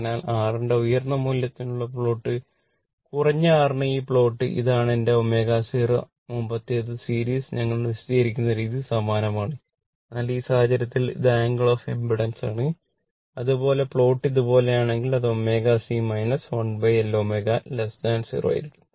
അതിനാൽ പ്ലോട്ട് ഇതുപോലെയാണെങ്കിൽ അത് ω C 1L ω 0 ആയിരിക്കും